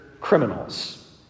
criminals